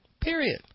Period